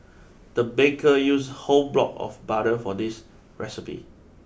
the baker used whole block of butter for this recipe